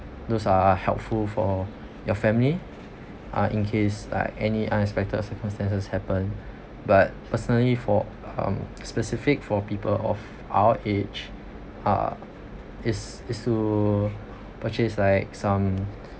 those are helpful for your family uh in case like any unexpected circumstances happen but personally for um specific for people of our age uh is is to purchase like some